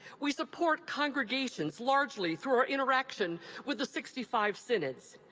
we support congregations, largely through our interaction with the sixty five synods.